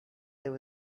there